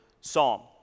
psalm